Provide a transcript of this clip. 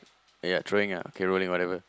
ya throwing ah okay rolling whatever